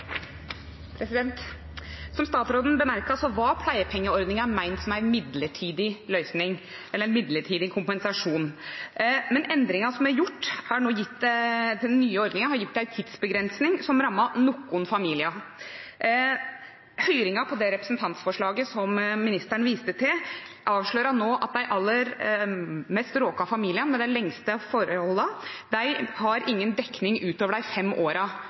Som statsråden bemerket, var pleiepengeordningen ment som en midlertidig løsning, eller en midlertidig kompensasjon. Men endringen som er gjort – den nye ordningen – har gitt en tidsbegrensning som har rammet noen familier. Høringen i forbindelse med det representantforslaget som ministeren viste til, avslørte at de familiene som er mest rammet, med de lengste forholdene, har ingen dekning utover de fem